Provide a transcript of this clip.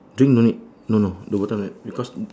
drink no need no the bottle right because